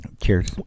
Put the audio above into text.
Cheers